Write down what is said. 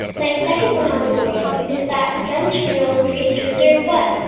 my second wow in the world is that some turtles breathe through their butts.